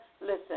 Listen